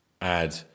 add